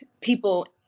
people